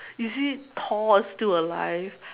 you see Thor is still alive